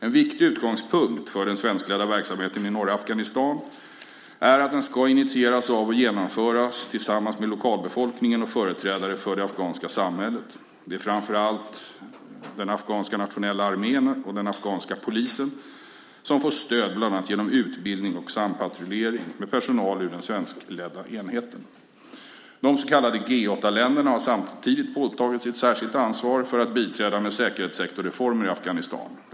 En viktig utgångspunkt för den svenskledda verksamheten i norra Afghanistan är att den ska initieras av och genomföras tillsammans med lokalbefolkningen och företrädare för det afghanska samhället. Det är framför allt den afghanska nationella armén och den afghanska polisen som får stöd bland annat genom utbildning och sampatrullering med personal ur den svenskledda enheten. De så kallade G 8-länderna har samtidigt påtagit sig ett särskilt ansvar för att biträda med säkerhetssektorreformer i Afghanistan.